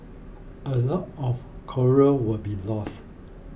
a lot of coral will be lost